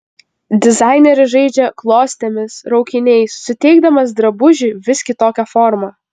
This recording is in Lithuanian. dizaineris žaidžia klostėmis raukiniais suteikdamas drabužiui vis kitokią formą